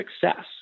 success